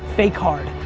fake hard.